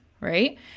right